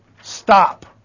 Stop